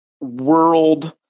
world